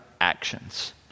actions